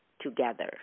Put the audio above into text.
together